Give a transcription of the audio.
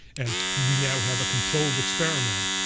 and we now have a controlled experiment.